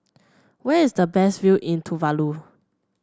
where is the best view in Tuvalu